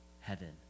heaven